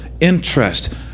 interest